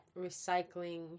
recycling